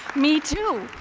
me, too.